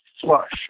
flush